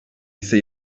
ise